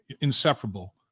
inseparable